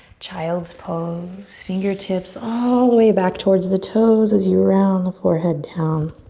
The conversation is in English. child's pose. fingertips all the way back towards the toes as you round the forehead down.